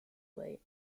late